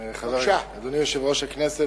1. אדוני יושב-ראש הכנסת,